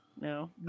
No